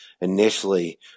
initially